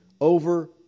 over